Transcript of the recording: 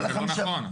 יהודה, זה לא נכון.